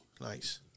Nice